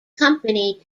company